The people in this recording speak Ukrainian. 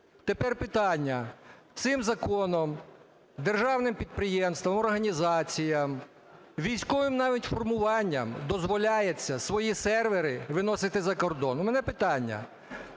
Тепер питання. Цим законом державним підприємствам, організаціям, військовим, навіть, формуванням дозволяється свої сервери виносити за кордон. В мене питання.